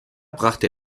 brachte